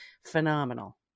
phenomenal